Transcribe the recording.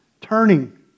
turning